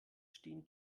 stehen